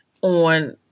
on